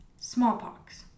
Smallpox